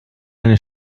eine